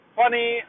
funny